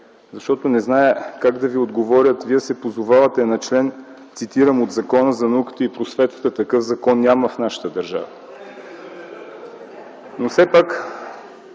защото не зная как да Ви отговоря. Вие се позовавате на член, цитирам, от „Закона за науката и просветата”. Такъв закон няма в нашата държава. (Оживление